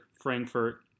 Frankfurt